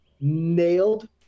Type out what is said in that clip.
nailed